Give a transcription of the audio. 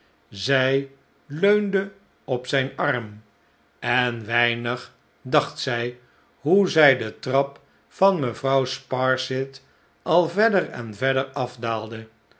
zij leunde op zijn arm en weinig dacht zij hoe zij de trap van mevrouw sparsit al verder en verder afdaalde